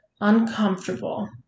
Uncomfortable